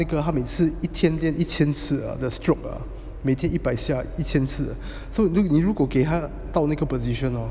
那个他每次每天练一千次的 stroke ah 每天一百下一千次 so 你如果给他到那个 position hor